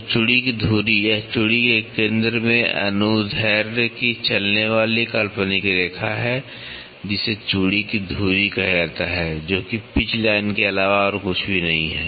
तो चूड़ी की धुरी यह चूड़ी के केंद्र में अनुदैर्ध्य की चलने वाली काल्पनिक रेखा है जिसे चूड़ी की धुरी कहा जाता है जो कि पिच लाइन के अलावा और कुछ नहीं है